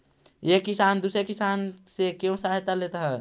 एक किसान दूसरे किसान से क्यों सहायता लेता है?